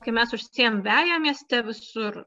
kai mes užsėjam veją mieste visur